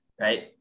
right